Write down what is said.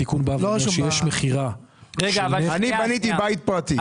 התיקון בא ואומר שכשיש מכירה של נכס --- אני בניתי בית פרטי.